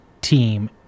team